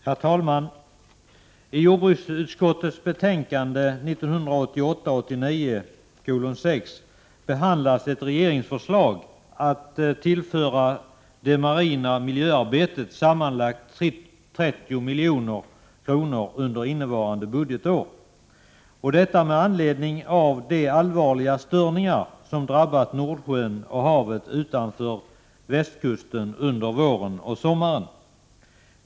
Herr talman! I jordbruksutskottets betänkande 1988/89:6 behandlas ett ning och säldöd regeringsförslag att tillföra det marina miljöarbetet sammanlagt 30 milj.kr. under innevarande budgetår, detta med anledning av de allvarliga störningar som drabbat Nordsjön och havet utanför västkusten under våren och sommaren.